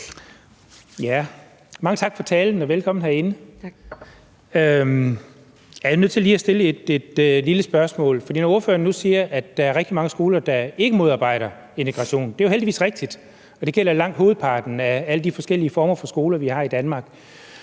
Mange tak for talen og velkommen herinde (Hanne Bjørn-Klausen (KF): Tak). Jeg er nødt til lige at stille et lille spørgsmål. Når ordføreren nu siger, at der er rigtig mange skoler, der ikke modarbejder integration, er det jo heldigvis rigtigt, og det gælder langt hovedparten af alle de forskellige former for skoler, vi har i Danmark.